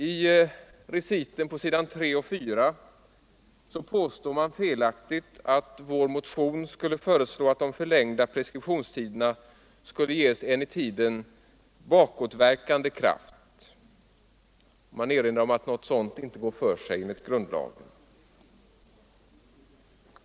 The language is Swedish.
I reciten på s. 3 och 4 påstås felaktigt att vår motion föreslår att de förlängda preskriptionstiderna skulle ges en i tiden bakåtverkande kraft. Man erinrar om att någonting sådant inte går för sig enligt den nya grundlagen.